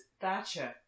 Thatcher